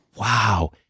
wow